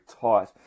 tight